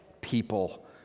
people